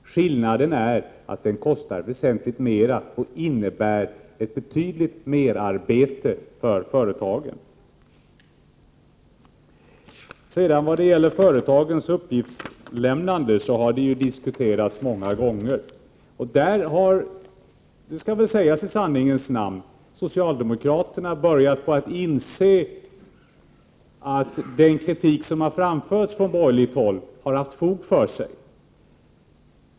Skillnaden är att den hon föreslår kostar väsentligt mera och innebär ett betydande merarbete för företagen. Företagens uppgiftslämnande har diskuterats många gånger. I sanningens namn skall väl sägas att socialdemokraterna har börjat inse att den kritik som framförts från borgerligt håll har haft fog för sig.